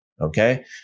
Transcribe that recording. Okay